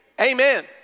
Amen